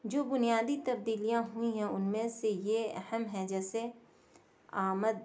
جو بنیادی تبدیلیاں ہوئی ہیں ان میں سے یہ اہم ہیں جیسے آمد